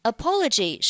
Apology